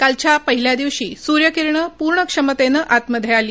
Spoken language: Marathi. कालच्या पहिल्या दिवशी सूर्यकिरणं पूर्ण क्षमतेन आत मध्ये आली